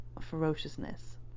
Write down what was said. ferociousness